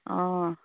অঁ